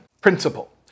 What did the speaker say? principle